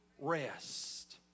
rest